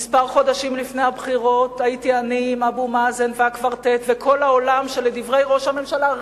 חברת הכנסת זוארץ, אני קורא אותך לסדר פעם ראשונה.